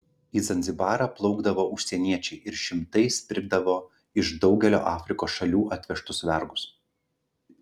į zanzibarą plaukdavo užsieniečiai ir šimtais pirkdavo iš daugelio afrikos šalių atvežtus vergus